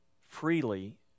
freely